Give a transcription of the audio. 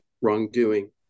wrongdoing